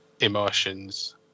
emotions